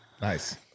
Nice